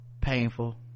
painful